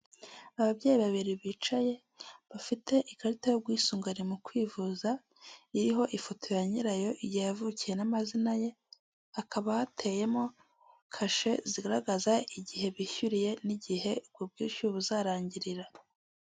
Ababyeyi babiri bicaye, bafite ikarita y'ubwisungane mu kwivuza, iriho ifoto ya nyirayo igihe yavukiye n'amazina ye, hakaba hateyemo kashe zigaragaza igihe bishyuriye n'igihe ubwishyu buzarangirira.